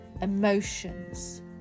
emotions